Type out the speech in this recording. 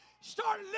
Start